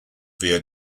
via